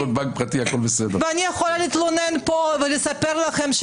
ואני יכולה להתלונן פה ולספר לכם,